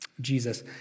Jesus